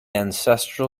ancestral